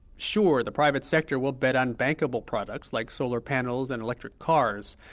sure, the private sector will bet on bankable products, like solar panels and electric cars.